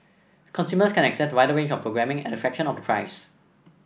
consumers can access a wider range of programming at a fraction of price